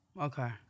okay